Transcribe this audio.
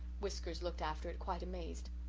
whiskers looked after it quite amazed.